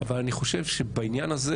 אבל אני חושב שבעניין הזה